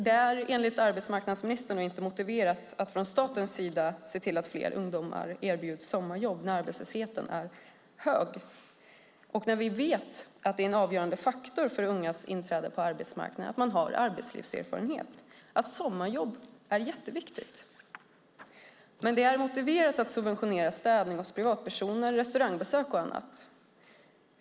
Det är enligt arbetsmarknadsministern inte motiverat att från statens sida se till att fler ungdomar erbjuds sommarjobb när arbetslösheten är hög och när vi vet att det är en avgörande faktor för ungas inträde på arbetsmarknaden att de har arbetslivserfarenhet. Sommarjobb är jätteviktigt. Det är dock motiverat att subventionera städning hos privatpersoner, restaurangbesök och annat.